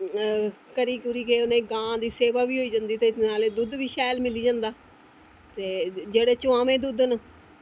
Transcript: ते करी करियै ते गां दी सेवा बी होई जंदी ते अपने आस्तै दुद्ध बी शैल मिली जंदा ते जेह्ड़े चौआमें दुद्ध न